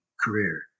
career